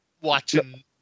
watching